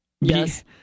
Yes